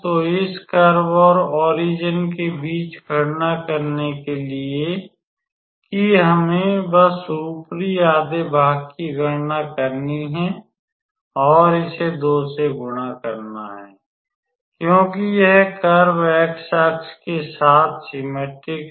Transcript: तो इस कर्व और ओरिजन के बीच गणना करने के लिए कि हमें बस ऊपरी आधे भाग की गणना करनी है और इसे 2 से गुणा करना है क्योंकि यह कर्व x अक्ष के साथ सिममेट्रिक है